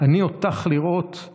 "אני אותך לראות /